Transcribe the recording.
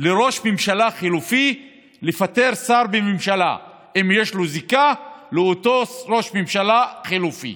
לראש ממשלה חלופי לפטר שר בממשלה אם יש לו זיקה לאותו ראש ממשלה חלופי,